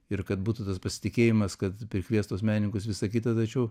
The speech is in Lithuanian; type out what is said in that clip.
ir kad būtų tas pasitikėjimas kad prikviest tuos menininkus visa kita tačiau